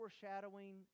foreshadowing